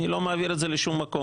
אני לא מעביר את זה לשום מקום.